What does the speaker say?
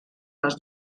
les